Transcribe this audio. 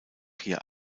hier